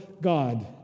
God